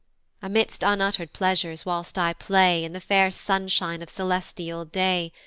amidst unutter'd pleasures whilst i play in the fair sunshine of celestial day,